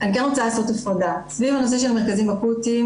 אני רוצה לעשות הפרדה סביב הנושא של מרכזים אקוטיים,